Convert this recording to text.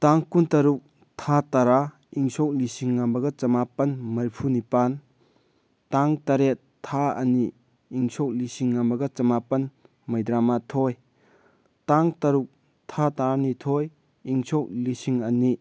ꯇꯥꯡ ꯀꯨꯟ ꯇꯔꯨꯛ ꯊꯥ ꯇꯔꯥ ꯏꯪ ꯁꯣꯛ ꯂꯤꯁꯤꯡ ꯑꯃꯒ ꯆꯃꯥꯄꯟ ꯃꯔꯤꯐꯨ ꯅꯤꯄꯥꯟ ꯇꯥꯡ ꯇꯔꯦꯠ ꯊꯥ ꯑꯅꯤ ꯏꯪ ꯁꯣꯛ ꯂꯤꯁꯤꯡ ꯑꯃꯒ ꯆꯃꯥꯄꯟ ꯃꯩꯗ꯭ꯔꯃꯥꯊꯣꯏ ꯇꯥꯡ ꯇꯔꯨꯛ ꯊꯥ ꯇꯔꯥꯅꯤꯊꯣꯏ ꯏꯪ ꯁꯣꯛ ꯂꯤꯁꯤꯡ ꯑꯅꯤ